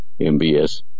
MBS